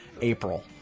April